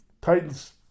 Titans